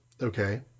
Okay